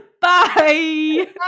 Bye